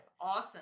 awesome